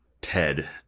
Ted